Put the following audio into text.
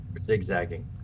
zigzagging